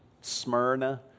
Smyrna